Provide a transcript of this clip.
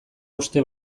uste